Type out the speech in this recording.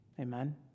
Amen